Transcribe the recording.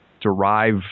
derive